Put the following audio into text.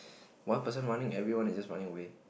one person running everyone is just running away